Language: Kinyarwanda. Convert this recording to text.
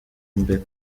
imbere